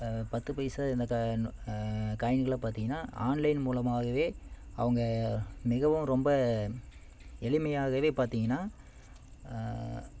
பத்து பைசா இந்த கா நு காயின்களாம் பார்த்திங்கன்னா ஆன்லைன் மூலமாகவே அவங்க மிகவும் ரொம்ப எளிமையாகவே பார்த்திங்கன்னா